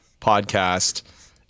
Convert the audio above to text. podcast